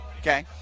Okay